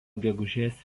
gegužės